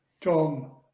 Tom